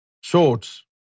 shorts